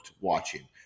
watching